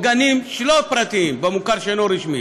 או גנים לא פרטיים, במוכר שאינו רשמי,